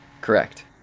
Correct